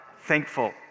thankful